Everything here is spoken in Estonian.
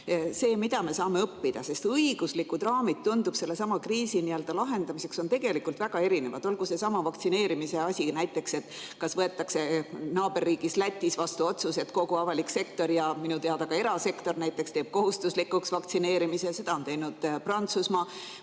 see, mida me saame õppida, sest õiguslikud raamid, tundub, sellesama kriisi lahendamiseks on tegelikult väga erinevad? Olgu seesama vaktsineerimise asi näiteks, et kas võetakse naaberriigis Lätis vastu otsus, et kogu avalik sektor ja minu teada ka erasektor teeb kohustuslikuks vaktsineerimise. Seda on teinud Prantsusmaa.